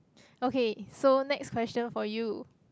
okay so next question for you